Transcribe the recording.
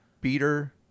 beater